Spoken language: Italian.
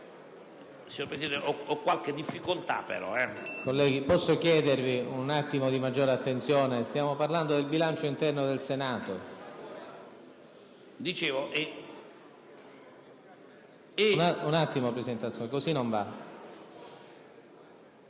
Signor Presidente, ho qualche difficoltà a